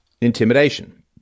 intimidation